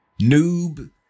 Noob